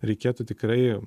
reikėtų tikrai